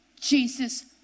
Jesus